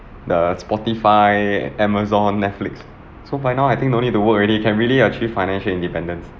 the Spotify Amazon Netflix so by now I think no need to work already can really achieve financial independence